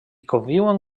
conviuen